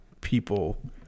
People